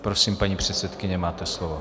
Prosím, paní předsedkyně, máte slovo.